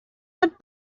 had